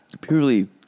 purely